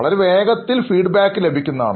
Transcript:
വളരെ വേഗത്തിൽ feedback ലഭിക്കുന്നതാണ്